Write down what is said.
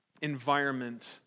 environment